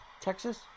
Texas